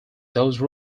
those